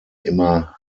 immer